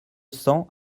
cents